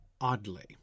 oddly